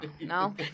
No